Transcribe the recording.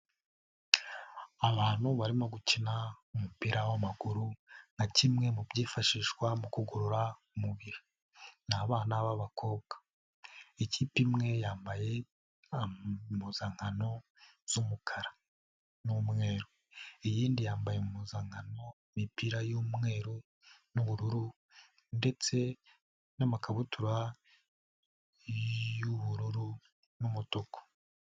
Abantu barimo gukina umupira w'amaguru nka kimwe mu byifashishwa mu kugorora umubiri ni abana b'abakobwa ikipe imwe yambaye impuzankano z'umukara n'umweru, iyindi yambaye impuzankano imipira y'umweru n'ubururu, ndetse n'amakabutura y'ubururu n'umutuku.